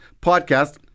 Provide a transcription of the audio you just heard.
podcast